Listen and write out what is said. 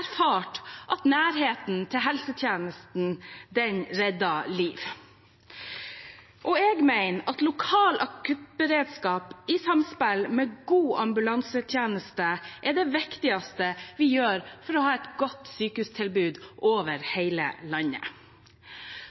erfart at nærheten til helsetjenesten redder liv. Jeg mener at lokal akuttberedskap i samspill med god ambulansetjeneste er det viktigste vi sørger for, for å ha et godt sykehustilbud over hele landet.